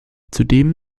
zudem